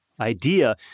idea